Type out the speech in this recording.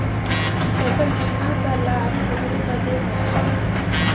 फसल बीमा क लाभ केकरे बदे ह?